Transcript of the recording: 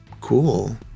Cool